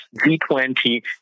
G20